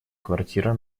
квартира